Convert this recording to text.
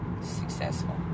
successful